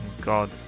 God